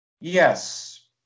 Yes